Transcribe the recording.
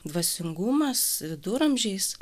dvasingumas viduramžiais